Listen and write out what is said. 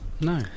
No